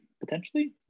Potentially